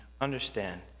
understand